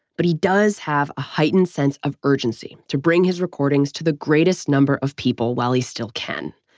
but he does have a heightened sense of urgency to bring his recordings to the greatest number of people, while he still can.